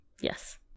Yes